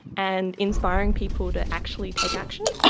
and inspiring people to actually take action.